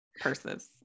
purses